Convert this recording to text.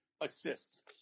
assists